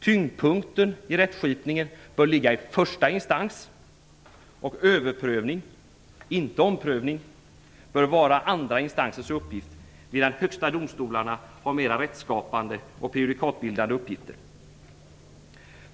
Tyngdpunkten i rättsskipningen bör ligga i första instans och överprövning - inte omprövning - bör vara andra instansens uppgift, medan de högsta domstolarna mera har rättsskapande och prejudikatbildande uppgifter.